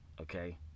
okay